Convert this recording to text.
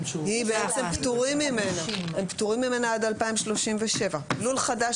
הם בעצם פטורים ממנה עד 2037. לול חדש